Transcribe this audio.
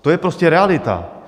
To je prostě realita!